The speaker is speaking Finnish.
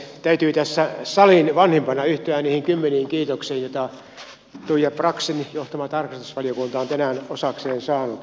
täytyy tässä salin vanhimpana yhtyä niihin kymmeniin kiitoksiin joita tuija braxin johtama tarkastusvaliokunta on tänään osakseen saanut